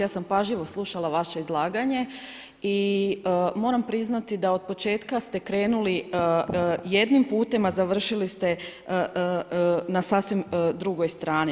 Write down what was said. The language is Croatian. Ja sam pažljivo slušala vaše izlaganje i moram priznati da ste od početka krenuli jednim putem, a završili ste na sasvim drugoj strani.